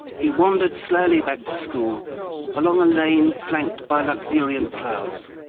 he wandered slowly back to school along a lane flanked by luxuriant flowers.